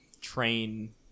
train